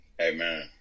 Amen